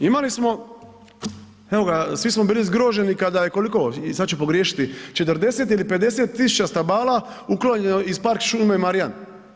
Imali smo, evo ga, svi smo bili zgroženi kad je koliko, i sad ću pogriješiti, 40 ili 50 000 stabala uklonjeno iz park šume Marjan.